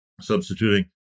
substituting